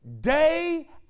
day